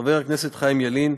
חבר הכנסת חיים ילין,